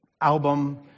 album